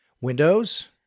Windows